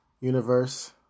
universe